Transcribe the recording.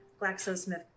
GlaxoSmith